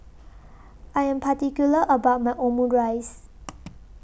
I Am particular about My Omurice